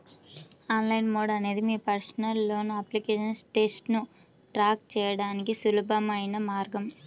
online mode అనేది మీ personal loan application స్టేటస్ను ట్రాక్ చేయడానికి సులభమైన మార్గం